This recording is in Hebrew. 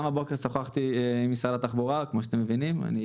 וגם הבוקר שוחחתי כמו שאתם מבינים עם משרד התחבורה,